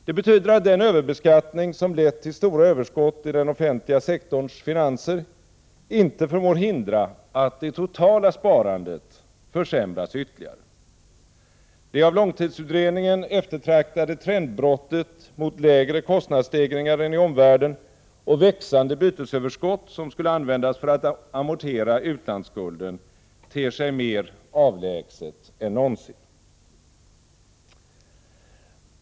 Det betyder att den överbeskattning som lett till stora överskott i den offentliga sektorns finanser inte förmår hindra att det totala sparandet försämras ytterligare. Det av långtidsutredningen eftertraktade trendbrottet mot lägre kostnadsstegringar än i omvärlden och växande bytesöverskott, som skulle användas för att amortera utlandsskulden, ter sig mer avlägset än någonsin.